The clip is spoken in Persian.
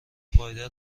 پایدار